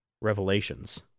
revelations